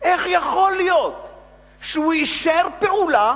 איך יכול להיות שהוא אישר פעולה